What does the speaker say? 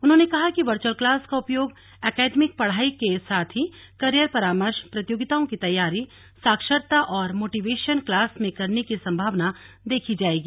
उन्होंने कहा कि वर्चुअल क्लास का उपयोग एकेडमिक पढ़ाई के साथ ही कैरियर परामर्श प्रतियोगिताओं की तैयारी साक्षरता और मोटिवेशन क्लास में करने की सम्भावना देखी जाएगी